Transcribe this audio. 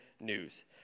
news